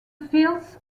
fields